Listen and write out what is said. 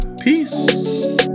Peace